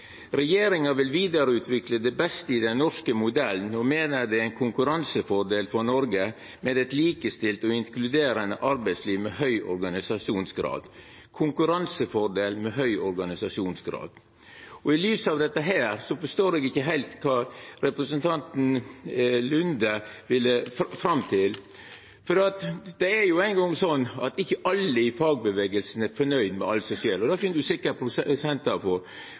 vil videreutvikle det beste i den norske modellen og mener det er en konkurransefordel for Norge med et likestilt og inkluderende arbeidsliv med høy organisasjonsgrad.» Konkurransefordel med høg organisasjonsgrad – i lys av dette forstår eg ikkje heilt kva representanten Lunde ville fram til. Det er jo eingong sånn at ikkje alle i fagbevegelsen er fornøgde med alt som skjer – det finn ein sikkert prosentar for, og